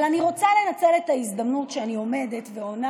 אבל אני רוצה לנצל את ההזדמנות שאני עומדת ועונה